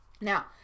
Now